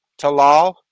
Talal